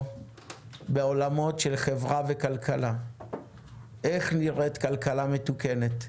בעולמות של חברה וכלכלה איך נראית כלכלה מתוקנת,